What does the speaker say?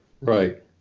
Right